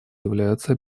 являются